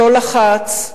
לא לחץ.